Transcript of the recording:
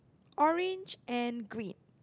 orange and green